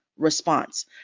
response